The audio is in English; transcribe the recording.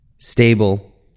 stable